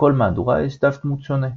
לכל מהדורה יש דף דמות שונה.